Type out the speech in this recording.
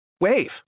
Wave